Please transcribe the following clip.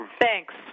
thanks